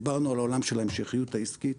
דיברנו על העולם של ההמשכיות העסקית,